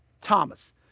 Thomas